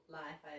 life